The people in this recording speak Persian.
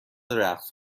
رقص